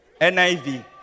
NIV